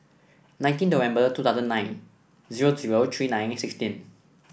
nineteen November two thousand nine zero zero three nine sixteen